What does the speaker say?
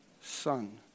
son